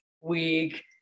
week